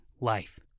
life